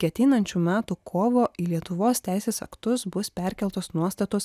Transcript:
iki ateinančių metų kovo į lietuvos teisės aktus bus perkeltos nuostatos